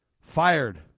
fired